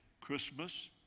Christmas